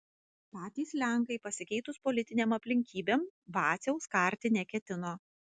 patys lenkai pasikeitus politinėm aplinkybėm vaciaus karti neketino